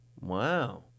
Wow